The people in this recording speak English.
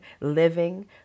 living